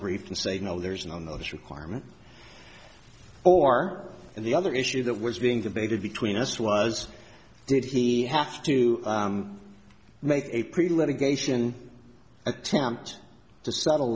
briefed and say no there's no notice requirement or the other issue that was being debated between us was did he have to make a pretty litigation attempt to settle